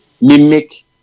mimic